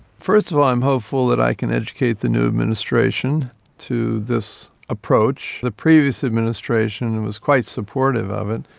first of all i'm hopeful that i can educate the new administration to this approach. the previous administration and was quite supportive of it.